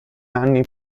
anni